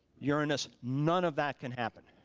uranus, none of that can happen.